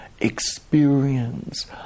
experience